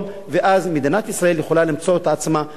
ואז מדינת ישראל יכולה למצוא את עצמה גם